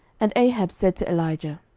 and ahab said to elijah,